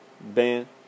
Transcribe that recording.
Ban